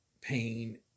pain